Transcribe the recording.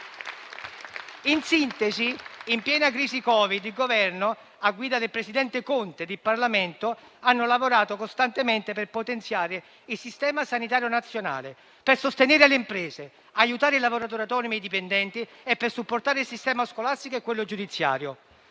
In sintesi, in piena crisi Covid, il Governo a guida del presidente Conte e il Parlamento hanno lavorato costantemente per potenziare il Sistema sanitario nazionale, per sostenere le imprese, per aiutare i lavoratori autonomi e dipendenti e per supportare il sistema scolastico e quello giudiziario.